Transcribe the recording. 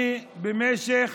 במשך